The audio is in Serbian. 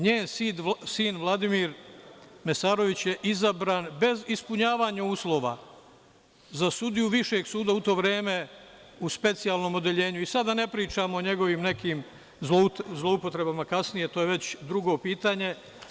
Njen sin Vladimir Mesarović je izabran, bez ispunjavanja uslova, za sudiju Višeg suda u to vreme u specijalnom odeljenju i sad da ne pričam o njegovim nekim zloupotrebama kasnije, to je već drugo pitanje.